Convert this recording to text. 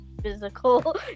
Physical